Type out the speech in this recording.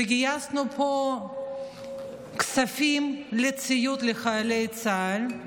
וגייסנו פה כספים לציוד לחיילי צה"ל.